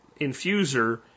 infuser